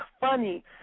funny